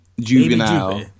Juvenile